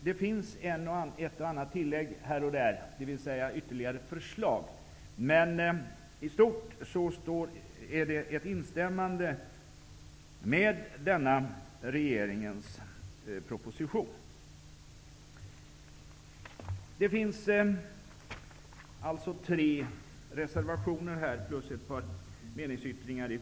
Det görs ett och annat tillägg här och där, dvs. ytterligare förslag, men i stort sett instämmer man i regeringens proposition. Det finns alltså tre reservationer till betänkandet plus ett par särskilda yttranden.